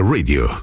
Radio